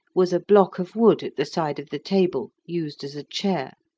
was a block of wood at the side of the table, used as a chair.